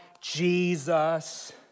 Jesus